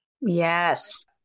yes